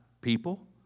people